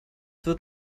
wird